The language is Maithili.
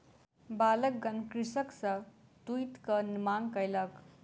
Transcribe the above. बालकगण कृषक सॅ तूईतक मांग कयलक